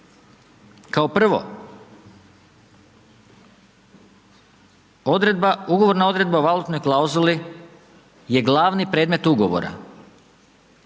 kao prvo, ugovorna odredba o valutnoj klauzuli je glavni predmet ugovora,